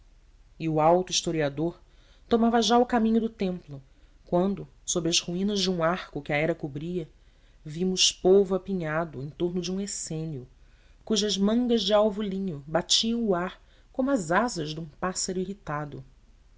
e o alto historiador tomava já o caminho do templo quando sob as ruínas de um arco que a hera cobria vimos povo apinhado em torno de um essênio cujas mangas de alvo linho batiam o ar como as asas de um pássaro irritado